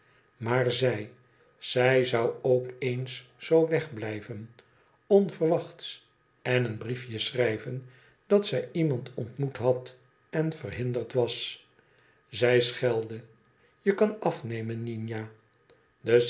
maar zij zij zou ook eens zoo wegblijven onverwachts en een briefje schrijven dat zij iemand ontmoet had en verhinderd was zij schelde je kan afhemen nina de